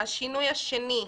השינוי השני,